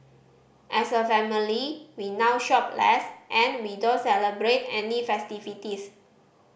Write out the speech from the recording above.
as a family we now shop less and we don't celebrate any festivities